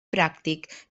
pràctic